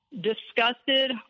disgusted